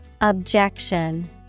Objection